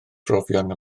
brofion